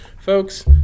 Folks